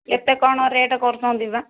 କେତେ କ'ଣ ରେଟ୍ କରୁଛନ୍ତି ବା